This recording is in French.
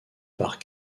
par